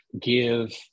give